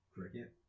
Cricket